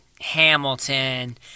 Hamilton